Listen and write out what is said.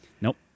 Nope